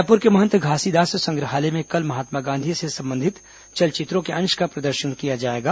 रायपुर के महंत घासीदास संग्रहालय में कल महात्मा गांधी से संबंधित चलचित्रों के अंश का प्रदर्शन किया जाएगा